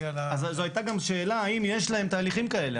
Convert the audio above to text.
זו הייתה גם שאלה: האם יש להם תהליכים כאלה?